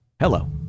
Hello